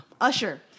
Usher